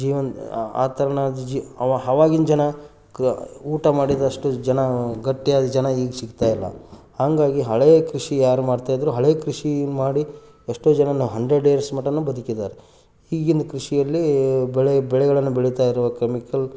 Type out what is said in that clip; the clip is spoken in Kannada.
ಜೀವನ ಆ ಆ ತೆರನಾದ ಜಿ ಆವಾಗಿನ್ ಜನ ಕ ಊಟ ಮಾಡಿದಷ್ಟು ಜನ ಗಟ್ಟಿಯಾದ ಜನ ಈಗ ಸಿಗ್ತಾಯಿಲ್ಲ ಹಾಗಾಗಿ ಹಳೆಯ ಕೃಷಿ ಯಾರು ಮಾಡ್ತಾಯಿದ್ದರು ಹಳೆಯ ಕೃಷಿ ಮಾಡಿ ಎಷ್ಟೋ ಜನರು ಹಂಡ್ರೆಡ್ ಇಯರ್ಸ್ ಮಟ್ಟವು ಬದುಕಿದ್ದಾರೆ ಈಗಿನ ಕೃಷಿಯಲ್ಲಿ ಬೆಳೆ ಬೆಳೆಗಳನ್ನು ಬೆಳಿತಾ ಇರುವಾಗ ಕೆಮಿಕಲ್